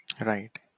Right